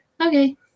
Okay